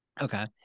Okay